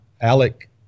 Alec